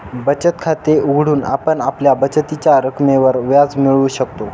बचत खाते उघडून आपण आपल्या बचतीच्या रकमेवर व्याज मिळवू शकतो